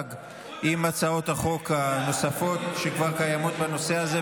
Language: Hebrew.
תמוזג עם הצעות החוק הנוספות שכבר קיימות בנושא הזה,